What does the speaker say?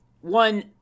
one